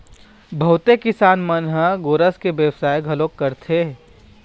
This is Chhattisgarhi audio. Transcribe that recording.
बहुते किसान मन ह गोरस के बेवसाय घलोक करथे